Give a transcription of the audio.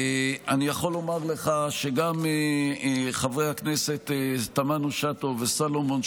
אני יכול לומר לך שגם חברי הכנסת תמנו שטה וסלומון,